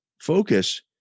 focus